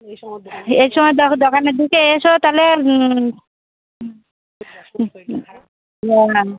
এই সময় দোকানে দিকে এসো তাহলে হুম